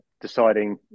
deciding